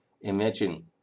Imagine